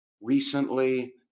recently